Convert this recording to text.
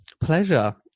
Pleasure